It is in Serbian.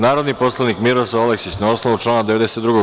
Narodni poslanik Miroslav Aleksić, na osnovu člana 92.